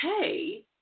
okay